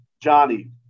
Johnny